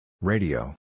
Radio